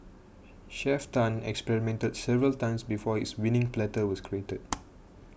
Chef Tan experimented several times before his winning platter was created